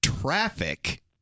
traffic